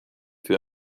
für